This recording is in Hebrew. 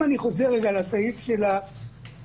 אם אני חוזר לסעיף השוויון,